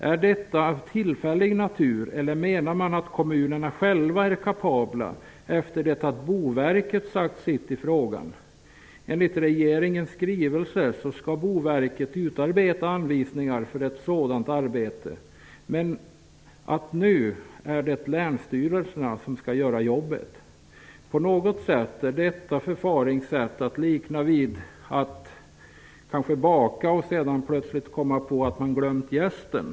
Är detta beslut av tillfällig natur, eller menar man att kommunerna själva är kapabla att göra bedömningar efter det att Boverket har sagt sitt i frågan? Enligt regeringens skrivelse skall Boverket utarbeta anvisningar för ett sådant arbete, men nu är det länsstyrelserna som skall göra jobbet. På något vis är detta förfaringssätt att likna vid att baka och sedan plötsligt komma på att man har glömt jästen.